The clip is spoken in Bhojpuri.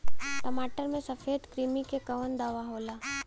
टमाटर पे सफेद क्रीमी के कवन दवा होला?